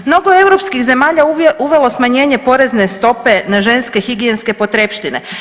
Mnogo europskih zemalja uvelo je smanjenje porezne stope na ženske higijenske potrepštine.